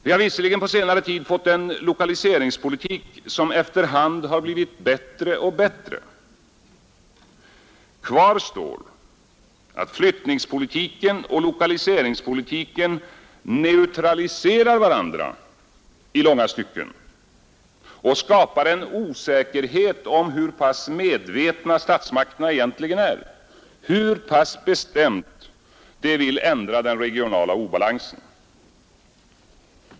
Vi har visserligen på senare tid fått en lokaliseringspolitik som efter hand har blivit bättre och bättre. Kvar står att flyttningspolitiken och lokaliseringspolitiken neutraliserar varandra i långa stycken och skapar en osäkerhet om hur medvetna statsmakterna egentligen är, hur bestämt de vill ändra den regionala obalansen.